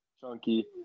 chunky